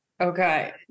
Okay